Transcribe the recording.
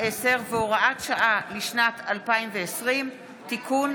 10 והוראת שעה לשנת 2020) (תיקון),